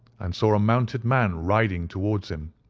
and saw a mounted man riding towards him.